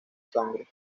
sangre